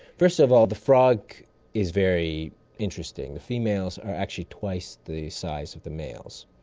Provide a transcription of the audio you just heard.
first of all the frog is very interesting. the females are actually twice the size of the males,